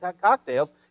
cocktails